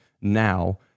now